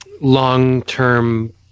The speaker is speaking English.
long-term